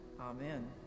Amen